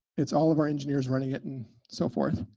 it's all of our engineers running it, and so forth.